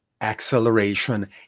acceleration